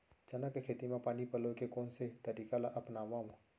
चना के खेती म पानी पलोय के कोन से तरीका ला अपनावव?